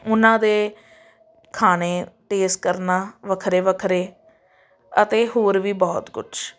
ਉਨ੍ਹਾਂ ਦੇ ਖਾਣੇ ਟੇਸਟ ਕਰਨਾ ਵੱਖਰੇ ਵੱਖਰੇ ਅਤੇ ਹੋਰ ਵੀ ਬਹੁਤ ਕੁਛ